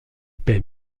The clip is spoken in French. paix